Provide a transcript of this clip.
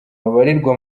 babarirwa